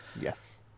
Yes